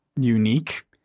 unique